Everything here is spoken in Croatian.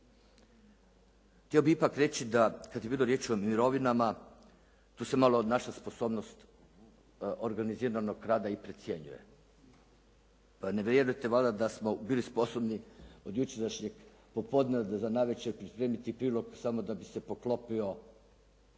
Htio bih ipak reći da kad je bilo riječi o mirovinama tu se malo naša sposobnost organiziranog rada i precjenjuje. Ne vjerujete valjda da smo bili sposobni od jučerašnjeg popodneva za navečer pripremiti prilog samo da bi se poklopio